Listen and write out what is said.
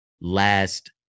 last